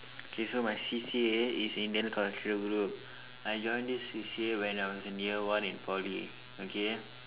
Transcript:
okay so my C_C_A is Indian cultural group I join this C_C_A when I was in year one in Poly okay